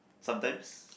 sometimes